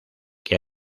que